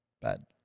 bad